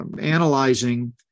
analyzing